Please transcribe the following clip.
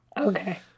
Okay